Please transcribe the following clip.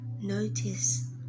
notice